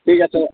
ঠিক আছে